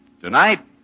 Tonight